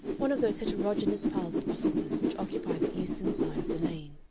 one of those heterogeneous piles of offices which occupy the eastern side of the lane.